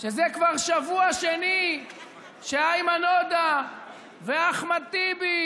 שזה כבר שבוע שני שאיימן עודה ואחמד טיבי